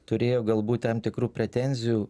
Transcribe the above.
turėjo galbūt tam tikrų pretenzijų